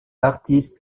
artistes